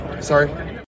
Sorry